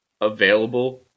available